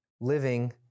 living